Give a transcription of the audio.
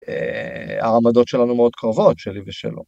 העמדות שלנו מאוד קרובות שלי ושלו.